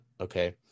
Okay